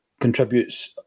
contributes